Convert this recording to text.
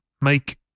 make